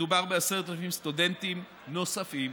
מדובר ב-10,000 סטודנטים נוספים.